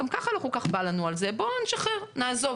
גם ככה לא כל כך בא לנו על זה, בואו נשחרר, נעזוב.